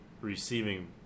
receiving